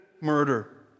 murder